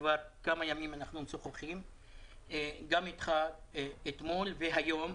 שכבר כמה ימים אנחנו משוחחים וגם אתך אתמול והיום,